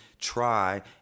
try